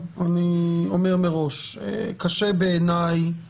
כל אדם שמרכז חייו בישראל כדין יכול לשוב לישראל ממדינה